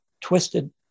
twisted